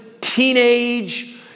teenage